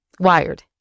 Wired